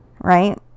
right